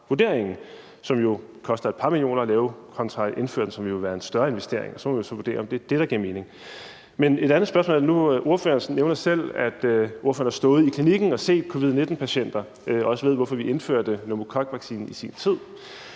vurderingen, som koster et par millioner at lave, hvorimod indførelsen ville være en større investering. Så må vi jo så vurdere, om det er det, der giver mening. Men jeg har et andet spørgsmål. Ordføreren nævner selv, at ordføreren har stået i klinikken og set covid-19-patienter og også ved, hvorfor vi indførte pneumokokvaccinen i sin tid.